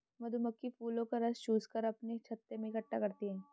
मधुमक्खी फूलों का रस चूस कर अपने छत्ते में इकट्ठा करती हैं